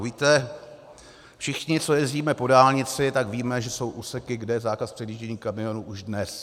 Víte, všichni, co jezdíme po dálnici, tak víme, že jsou úseky, kde je zákaz předjíždění kamionů už dnes.